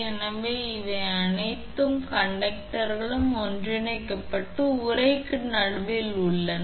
எனவே இந்த அனைத்து கண்டக்டர்களும் ஒன்றிணைக்கப்பட்டு உறைக்கு நடுவில் உள்ளன